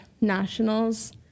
nationals